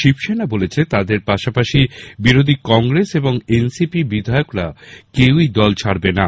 শিবসেনা বলেছে তাদের পাশাপাশি বিরোধী কংগ্রেস এবং এনসিপি বিধায়করা কেউই দল ছাডবেনা